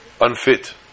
unfit